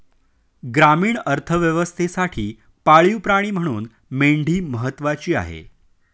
ग्रामीण अर्थव्यवस्थेसाठी पाळीव प्राणी म्हणून मेंढी महत्त्वाची आहे